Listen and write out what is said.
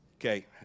Okay